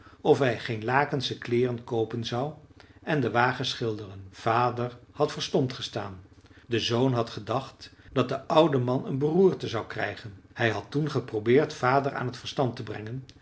of hij geen lakensche kleeren koopen zou en den wagen schilderen vader had verstomd gestaan de zoon had gedacht dat de oude man een beroerte zou krijgen hij had toen geprobeerd vader aan t verstand te brengen